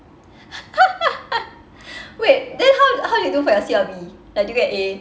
wait then how how did you do for your C_L_B like did you get A